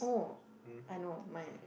oh I know my